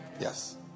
Yes